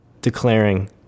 declaring